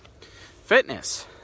Fitness